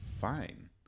fine